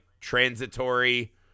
transitory